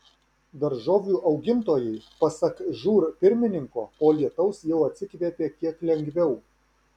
daržovių augintojai pasak žūr pirmininko po lietaus jau atsikvėpė kiek lengviau